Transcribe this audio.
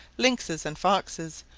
lynxes, and foxes,